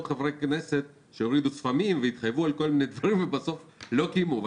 חברי כנסת שהורידו שפמים והתחייבו על כל מיני דברים ובסוף לא קיימו.